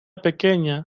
pequeña